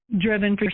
driven